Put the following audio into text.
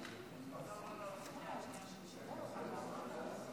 אין נמנעים.